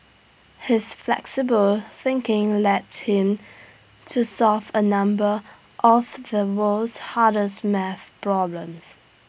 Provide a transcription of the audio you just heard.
his flexible thinking led him to solve A number of the world's hardest math problems